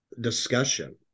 discussion